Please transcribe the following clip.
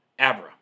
Abra